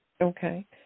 Okay